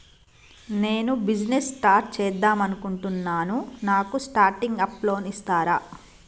నేను business start చేద్దామనుకుంటున్నాను నాకు స్టార్టింగ్ అప్ లోన్ ఇస్తారా?